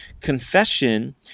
Confession